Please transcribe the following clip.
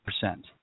percent